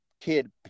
kid